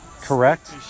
correct